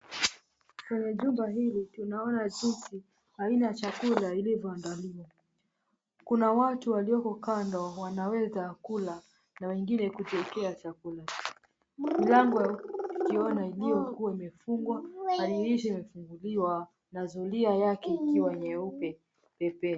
Kwenye jumba hili tunaona jinsi aina ya chakula ilivyoandaliwa kuna watu walio kando wanaweza kula wengine kujiekea chakula